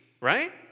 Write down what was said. right